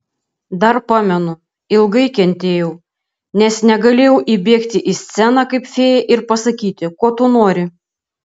dar pamenu ilgai kentėjau nes negalėjau įbėgti į sceną kaip fėja ir pasakyti ko tu nori